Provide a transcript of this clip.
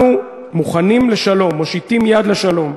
אנחנו מוכנים לשלום, מושיטים יד לשלום.